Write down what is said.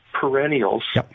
perennials